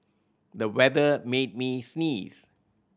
the weather made me sneeze